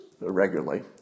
regularly